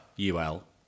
UL